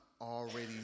already